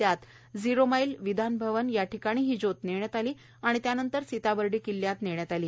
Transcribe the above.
त्यात zero mile Vidhan Bhavan या ठिकाणी ही ज्योत नेण्यात आली आणि त्यानंतर सिताबर्डी किल्ल्यात नेण्यात आली